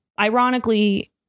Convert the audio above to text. ironically